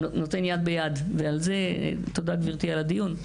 על זה תודה גברתי על הדיון.